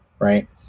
Right